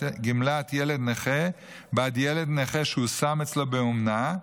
ילד נכה בעד ילד נכה שהושם אצלו באומנה,